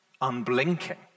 unblinking